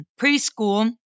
preschool